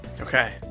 okay